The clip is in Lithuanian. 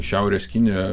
šiaurės kinijoje